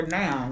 now